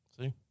See